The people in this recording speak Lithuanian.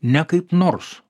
ne kaip nors